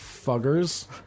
Fuggers